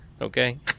okay